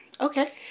Okay